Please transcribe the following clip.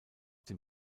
den